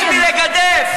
חוץ מלגדף.